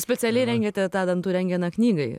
specialiai rengėte tą dantų rentgeną knygai